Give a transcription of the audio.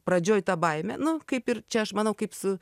pradžioj ta baimė nu kaip ir čia aš manau kaip su